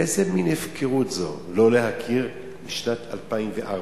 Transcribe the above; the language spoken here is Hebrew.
איזה מין הפקרות זו לא להכיר משנת 2004?